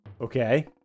Okay